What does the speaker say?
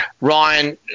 Ryan